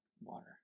water